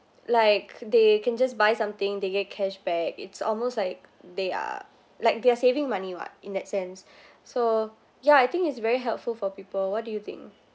like they can just buy something they get cashback it's almost like they are like they are saving money [what] in that sense so ya I think it's very helpful for people what do you think